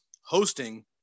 hosting